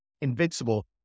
invincible